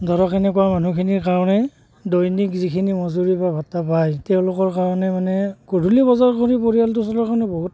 ধৰক এনেকুৱা মানুহখিনিৰ কাৰণে দৈনিক যিখিনি মজুৰী বা ভাত্তা পায় তেওঁলোকৰ কাৰণে মানে গধূলি বজাৰ কৰি পৰিয়ালটো চলোৱাৰ কাৰণে বহুত